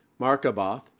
Markaboth